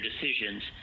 decisions